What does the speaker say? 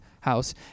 house